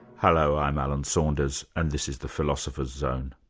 hello, i'm alan saunders and this is the philosopher's zone.